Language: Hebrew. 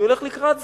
אני הולך לקראת זה.